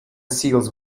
seals